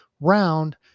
round